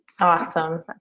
Awesome